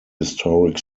historic